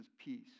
peace